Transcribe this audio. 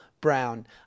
Brown